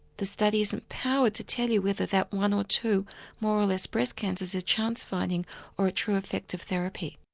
the study isn't powered to tell you whether that one or two more or less breast cancers is a chance finding or a true effect of therapy.